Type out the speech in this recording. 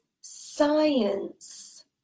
science